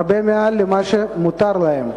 הרבה מעל למה שמותר להם.